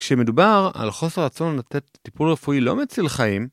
כשמדובר על חוסר הרצון לתת טיפול רפואי לא מציל חיים